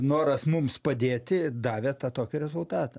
noras mums padėti davė tą tokį rezultatą